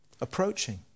approaching